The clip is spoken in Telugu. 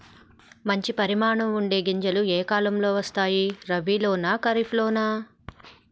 మంచి పరిమాణం ఉండే గింజలు ఏ కాలం లో వస్తాయి? రబీ లోనా? ఖరీఫ్ లోనా?